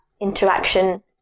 interaction